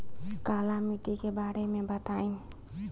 काला माटी के बारे में बताई?